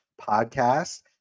podcast